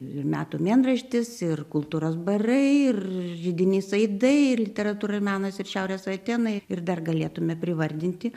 ir metų mėnraštis ir kultūros barai ir židinys aidai ir literatūra ir menas ir šiaurės atėnai ir dar galėtume privardinti